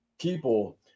people